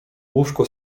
łóżko